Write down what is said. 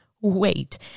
wait